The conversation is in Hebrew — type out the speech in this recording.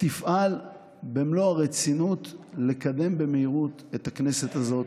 תפעל במלוא הרצינות לקדם במהירות את החוק בכנסת הזאת,